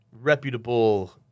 reputable